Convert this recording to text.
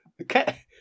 Okay